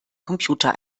computer